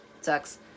Sucks